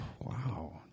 wow